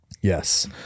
yes